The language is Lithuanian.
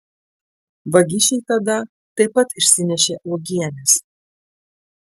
vagišiai tada taip pat išsinešė uogienes